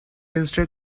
instead